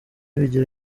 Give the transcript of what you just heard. bigira